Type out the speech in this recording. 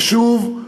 ושוב,